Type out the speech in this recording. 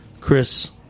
Chris